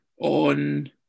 on